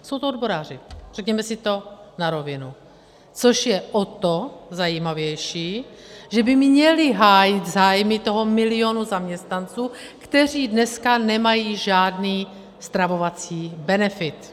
Jsou to odboráři, řekněme si to na rovinu, což je o to zajímavější, že by měli hájit zájmy toho milionu zaměstnanců, kteří dneska nemají žádný stravovací benefit.